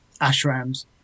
ashrams